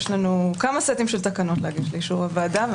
יש לנו כמה סטים של תקנות להגיש לאישור הוועדה.